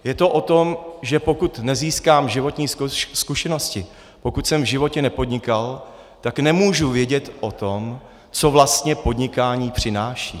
Je to o tom, že pokud nezískám životní zkušenosti, pokud jsem v životě nepodnikal, tak nemůžu vědět o tom, co vlastně podnikání přináší.